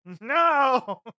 No